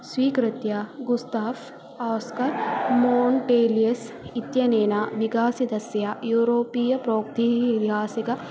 स्वीकृत्य Gustaf Oscar Montelius इत्यनेन विकासितस्य यूरोपीयप्रोक्तीयियासिक